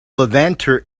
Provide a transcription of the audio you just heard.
levanter